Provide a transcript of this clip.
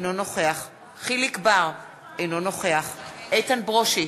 אינו נוכח יחיאל חיליק בר, אינו נוכח איתן ברושי,